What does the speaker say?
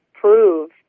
prove